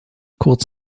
kurz